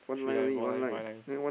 three line four line five line